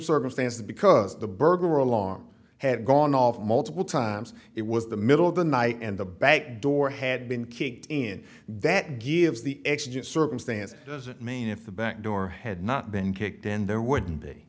circumstances because the burglar alarm had gone off multiple times it was the middle of the night and the back door had been kicked in that gives the exigent circumstances doesn't mean if the back door had not been kicked in there wouldn't